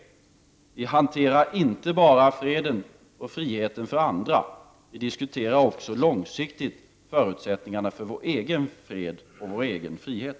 Vi hanterar inte bara freden och friheten för andra. Vi diskuterar också långsiktigt förutsättningarna för vår egen fred och vår egen frihet.